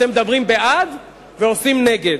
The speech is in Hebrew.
אתם מדברים בעד ועושים נגד.